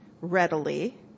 readily